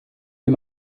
dir